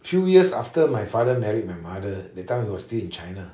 few years after my father married my mother that time he was still in china